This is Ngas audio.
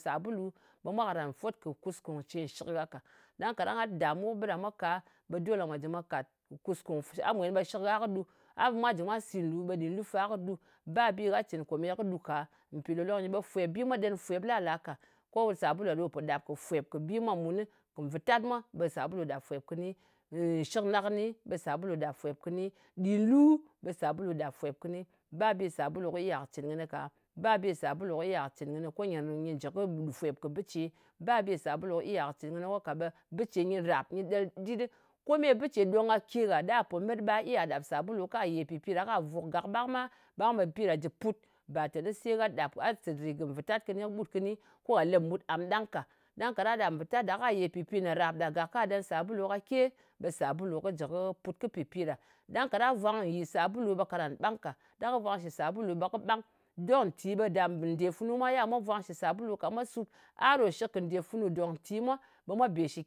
Sabulu ɓe mwa karan fwot kɨ kuskung ce nshɨk gha ka. Ɗang gha dàmu kɨ bɨ ɗa mwa ka, ɓe dole ko mwa jɨ mwa kat kuskung. A mwen ɓe shɨk gha kɨ ɗu. A ɓe mwa sit nlù ɓe nɗin lu fa kɨ ɗu. ba bɨ ghà cɨn kòmèye lu fa kɨ ɗu ka. Mpì lòlok nyi ɓe bi mwa ɗen fwep lala ka. Ko sàbulu ɗa ɗo pò ɗàp kɨ fwèp kɨ bi mwa munɨ. Vɨ̀tat mwa ɓe sàbulu ɗap shwep kɨni. Nshɨkna kɨni ɓe sabulu ɗap fwèp kɨni. Ɗin lu, ɓe sabulu ɗap fwep kɨni. Ba bi sabululu kɨ iya kɨ cɨn kɨnɨ ka. Ba bi nè sàbulu kɨ iya kɨ cɨn kɨnɨ, ko nyɨ jɨ kɨ fwèp kɨ bɨ ce. Ba bi sàbulu kɨ iya kɨ cɨn kɨnɨ, ko ka ɓe bɨ ce nyɨ ràp nyɨ ɗel dit ɗɨ. Ko me bɨ ce ɗong kake kwa po met, ɓa iya ɗap sabulu ka yè pɨpi ɗa ka vùk gàk ɓang ma. Ɓang be pi ɗa jɨ put. Ba teni se gha ɗap, gha sɨt, vɨtat kɨni kɨɓut kɨni, ko gha lep ɓut am ɗang ka. Ɗang kaɗa ɗap vutat ɗà, ka yè pɨpi nè rap ɗa, ka ɗen sabulu kake, ɓe sàbulu kɨ jɨ kɨ pùt kɨ pɨpi ɗa. Ɗang ka ɗa vwang nyì sabulu ɓe karab ɓang ka. Ɗa vwang shɨ sabulu ɓe kɨ ɓang. Dok ntì ɓe nda nde funu mwa yal ɓe mwa vwang shɨ sabulu ka. Mwa sup. A ɗo shɨk kɨ ndè funu dòk nto mwa ɓe shɨ